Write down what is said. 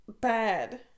bad